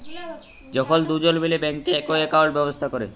যখল দুজল মিলে ব্যাংকে একই একাউল্ট ব্যবস্থা ক্যরে